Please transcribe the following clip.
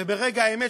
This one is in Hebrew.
וברגע האמת,